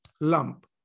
lump